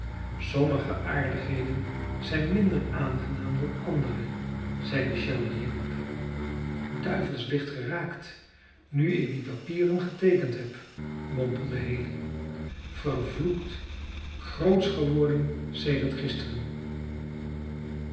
sommige aardigheden zijn minder aangenaam dan andere zeide shelby hierop duivels licht geraakt nu ik die papieren geteekend heb mompelde haley vervloekt grootsch geworden sedert gisteren